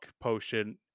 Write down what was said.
potion